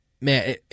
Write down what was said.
Man